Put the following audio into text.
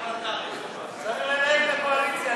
לנהל את הקואליציה,